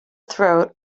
throat